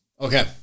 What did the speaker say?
Okay